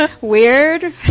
Weird